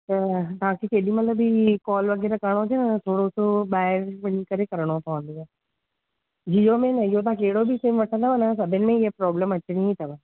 त तव्हांखे केॾीमहिल बि कॉल वग़ैरह करणु हुजव थोरो सो बाहिर वञी करे करणु पवंदव जीओ में न इहो तव्हां कहिड़ो बि सिम वठंदव सभनि में हीअ प्रोबलेम अचणी ई अथव